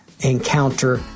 encounter